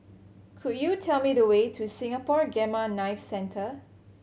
could you tell me the way to Singapore Gamma Knife Centre